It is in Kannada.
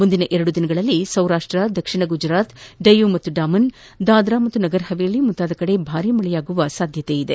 ಮುಂದಿನ ಎರಡು ದಿನಗಳಲ್ಲಿ ಸೌರಾಷ್ಟ ದಕ್ಷಿಣ ಗುಜರಾತ್ ಡಯೂ ಮತ್ತು ಡಾಮನ್ ದಾದಾ ಮತ್ತು ನಗರ್ಹವೇಲಿ ಮುಂತಾದ ಕಡೆ ಭಾರಿ ಮಳೆಯಾಗುವ ಸಂಭವವಿದೆ